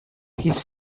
his